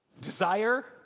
Desire